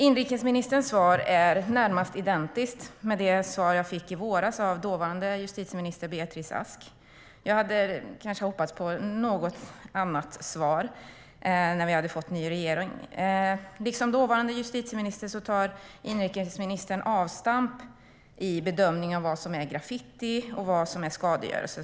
Inrikesministerns svar är närmast identiskt med det svar som jag fick i våras av dåvarande justitieminister Beatrice Ask. Jag hade kanske hoppats på ett något annorlunda svar, när vi nu har fått ny regering. Liksom dåvarande justitieministern tar inrikesministern avstamp i en bedömning av vad som är graffiti och vad som är skadegörelse.